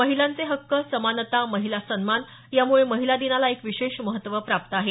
महिलांचे हक्क समानता महिला सन्मान यामुळे महिला दिनाला एक विशेष महत्त्व प्राप्त आहे